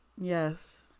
yes